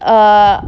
uh